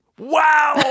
Wow